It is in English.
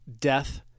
death